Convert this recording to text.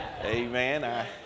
amen